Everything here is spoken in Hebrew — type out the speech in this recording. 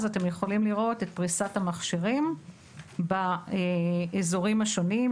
גם במרכז אתם יכולים לראות את פריסת המכשירים באזורים השונים.